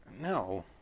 No